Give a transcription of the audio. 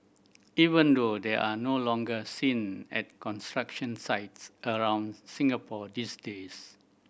even though they are no longer seen at construction sites around Singapore these days